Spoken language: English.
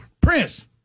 Prince